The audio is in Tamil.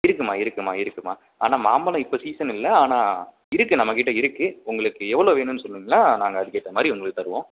இருக்குதும்மா இருக்குதும்மா இருக்குதும்மா ஆனால் மாம்பழம் இப்போ சீசன் இல்லை ஆனால் இருக்குது நம்ம கிட்டே இருக்குது உங்களுக்கு எவ்வளோ வேணும்னு சொன்னிங்கன்னால் நாங்கள் அதுக்கு ஏற்ற மாதிரி உங்களுக்கு தருவோம்